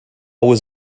was